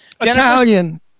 Italian